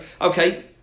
okay